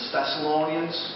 Thessalonians